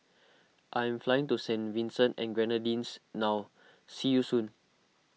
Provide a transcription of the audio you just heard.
I am flying to Saint Vincent and the Grenadines now see you soon